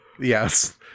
Yes